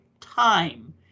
time